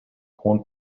hohen